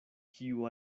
kiu